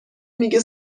میگه